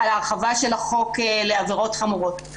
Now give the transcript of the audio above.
על ההרחבה של החוק לעבירות חמורות.